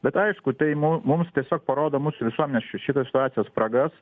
bet aišku tai mum mums tiesiog parodo mūsų visuomenės ši šitos situacijos spragas